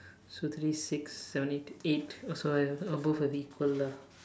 so three six seven eight eight or so both are equal lah